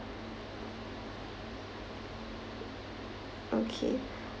okay